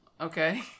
okay